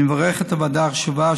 אני מברך את הוועדה החשובה,